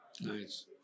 Nice